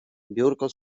biurko